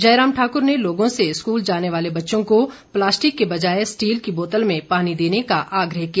जयराम ठाकुर ने लोगों से स्कूल जाने वाले बच्चों को प्लास्टिक के बजाए स्टील की बोतल में पानी देने का आग्रह किया